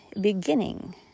beginning